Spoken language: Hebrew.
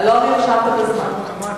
לא נרשמת בזמן.